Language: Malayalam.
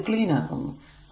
ഞാൻ ഇത് ക്ലീൻ ആക്കുന്നു